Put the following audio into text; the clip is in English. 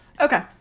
okay